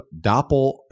Doppel